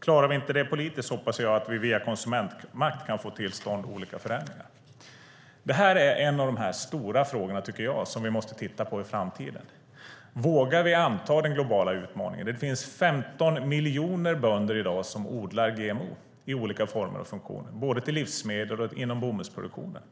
Klarar vi det inte politiskt hoppas jag att vi via konsumentmakt kan få till stånd olika förändringar. Det här tycker jag är en av de stora frågorna som vi måste titta närmare på i framtiden. Vågar vi anta den globala utmaningen? Det finns 15 miljoner bönder i dag som odlar GMO i olika former och funktioner, både till livsmedel och inom bomullsproduktionen.